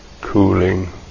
cooling